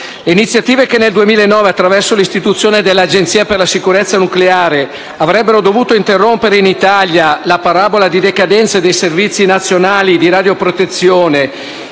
iniziative che nel 2009, attraverso l'istituzione dell'Agenzia per la sicurezza nucleare (ASN), avrebbero dovuto interrompere in Italia la parabola di decadenza dei servizi nazionali di radioprotezione,